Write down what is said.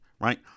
right